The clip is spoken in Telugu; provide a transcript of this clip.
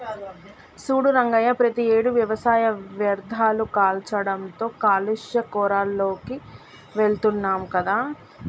సూడు రంగయ్య ప్రతియేడు వ్యవసాయ వ్యర్ధాలు కాల్చడంతో కాలుష్య కోరాల్లోకి వెళుతున్నాం కదా